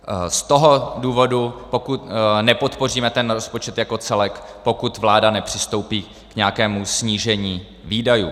Z toho důvodu nepodpoříme ten rozpočet jako celek, pokud vláda nepřistoupí k nějakému snížení výdajů.